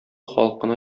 халкына